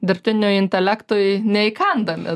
dirbtiniui intelektui neįkandami